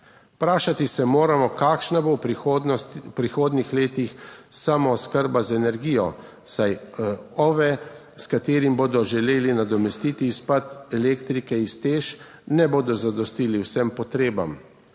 Vprašati se moramo, kakšna bo prihodnost v prihodnjih letih samooskrbe z energijo, saj OVE, s katerim bodo želeli nadomestiti izpad elektrike iz TEŠ, ne bodo zadostili vsem potrebam.